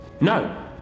No